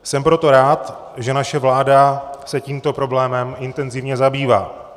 Jsem proto rád, že naše vláda se tímto problémem intenzivně zabývá.